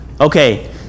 Okay